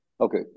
Okay